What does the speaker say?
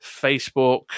Facebook